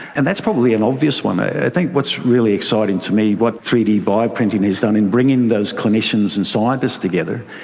and that's probably an obvious one. i think what's really exciting to me, what three d bio-printing has done in bringing those clinicians and scientists together,